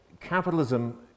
capitalism